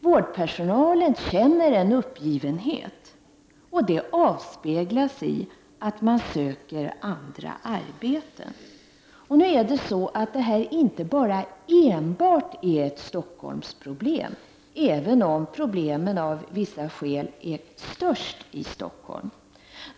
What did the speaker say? Vårdpersonalen känner en uppgivenhet, och det avspeglas i att människor som arbetar inom vården söker andra arbeten. Detta är inte enbart ett Stockholmsproblem, även om problemen av vissa skäl är störst i Stockholm.